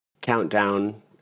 Countdown